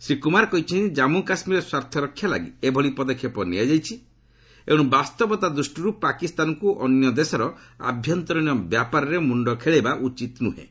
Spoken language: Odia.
ଶ୍ରୀ କୁମାର କହିଛନ୍ତି କାମ୍ମୁ କାଶୁୀରର ସ୍ୱାର୍ଥରକ୍ଷା ଲାଗି ଏଭଳି ପଦକ୍ଷେପ ନିଆଯାଇଛି ଏଣୁ ବାସ୍ତବତା ଦୂଷ୍ଟିରୁ ପାକିସ୍ତାନକୁ ଅନ୍ୟ ଦେଶର ଆଭ୍ୟନ୍ତରିଣ ବ୍ୟାପାରରେ ମୁଣ୍ଡ ଖେଳାଇବା ଉଚିତ୍ ନୁହଁ